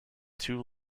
two